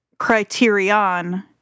criterion